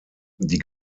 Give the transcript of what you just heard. die